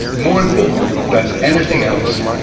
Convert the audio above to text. more important than anything else,